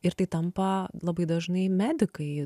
ir tai tampa labai dažnai medikai